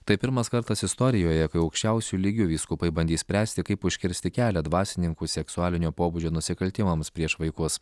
tai pirmas kartas istorijoje kai aukščiausiu lygiu vyskupai bandys spręsti kaip užkirsti kelią dvasininkų seksualinio pobūdžio nusikaltimams prieš vaikus